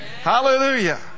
Hallelujah